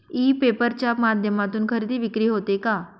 E paper च्या माध्यमातून खरेदी विक्री होते का?